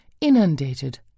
Inundated